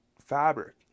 fabric